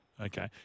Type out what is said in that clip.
Okay